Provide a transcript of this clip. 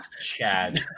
Chad